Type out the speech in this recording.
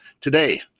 today